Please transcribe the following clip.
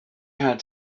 had